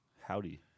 Howdy